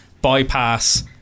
bypass